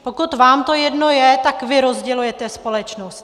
Pokud vám to jedno je, tak vy rozdělujete společnost.